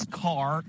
car